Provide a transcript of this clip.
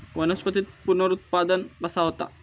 वनस्पतीत पुनरुत्पादन कसा होता?